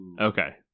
Okay